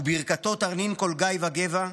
/ וברכתו תרנין כל גי וגבע,